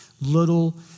little